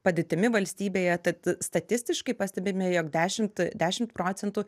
padėtimi valstybėje tad statistiškai pastebime jog dešimt dešimt procentų